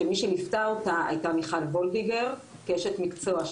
שמי שליוותה אותה הייתה מיכל וולדיגר כאשת מקצוע,